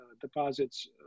deposits